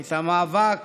את המאבק